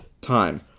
time